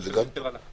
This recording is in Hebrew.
זה רק יהיה יותר גרוע.